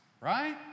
right